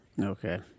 Okay